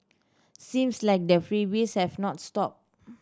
seems like the freebies have not stopped